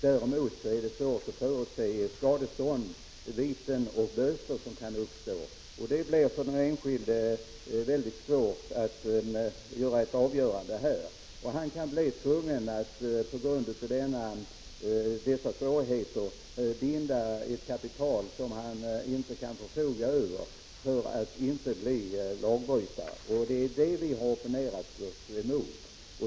Däremot är det svårt att förutse skadestånd, viten och böter. Det blir för den enskilde mycket svårt att avgöra detta. Han kan bli tvungen att på grund av dessa svårigheter binda ett kapital som han inte kan förfoga över — för att inte bli lagbrytare. Det är detta vi har opponerat oss mot.